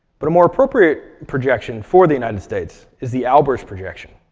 but a more appropriate projection for the united states is the albers projection.